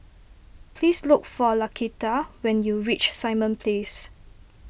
please look for Laquita when you reach Simon Place